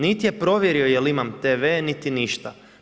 Niti je provjerio je li imam TV niti ništa.